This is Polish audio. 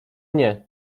nie